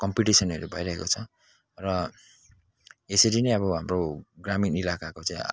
कम्पिटिसनहरू भइरहेको छ र यसरी नै अब हाम्रो ग्रामीण इलाकाको चाहिँ